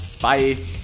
Bye